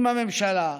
עם הממשלה,